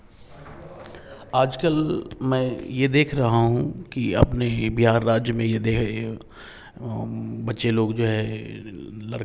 आज कल मैं यह देख रहा हूँ कि अपने बिहार राज्य में यह बच्चे लोग जो हैं